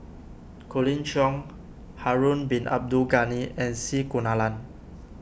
Colin Cheong Harun Bin Abdul Ghani and C Kunalan